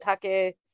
Take